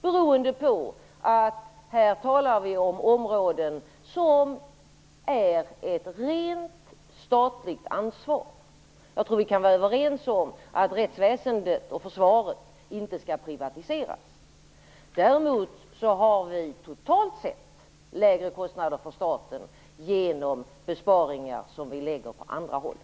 Det beror på att vi talar om områden som är ett rent statligt ansvar. Jag tror att vi kan vara överens om att rättsväsendet och försvaret inte skall privatiseras. Däremot har vi totalt sett lägre kostnader för staten genom besparingar som vi lägger på andra områden.